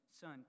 Son